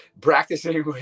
practicing